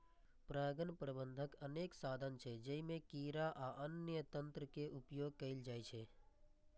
परागण प्रबंधनक अनेक साधन छै, जइमे कीड़ा आ अन्य तंत्र के उपयोग कैल जाइ छै